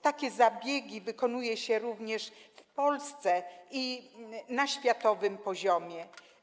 Takie zabiegi wykonuje się również w Polsce - na światowym poziomie.